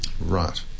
Right